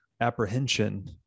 apprehension